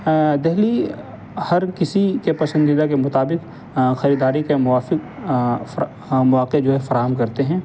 دہلی ہر کسی کے پسندیدہ کے مطابق خریداری کے موافق مواقع جو ہے فراہم کرتے ہیں